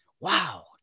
wow